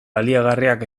baliagarriak